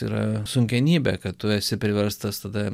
yra sunkenybė kad tu esi priverstas tada